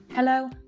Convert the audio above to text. Hello